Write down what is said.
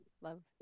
Love